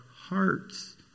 hearts